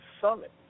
summit